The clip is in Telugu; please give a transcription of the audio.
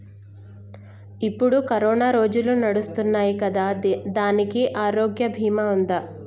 ఇప్పుడు కరోనా రోజులు నడుస్తున్నాయి కదా, దానికి ఆరోగ్య బీమా ఉందా?